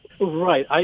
Right